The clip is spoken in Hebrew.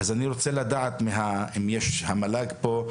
אני רוצה לדעת, אם המל"ג פה,